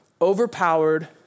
overpowered